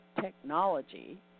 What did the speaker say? technology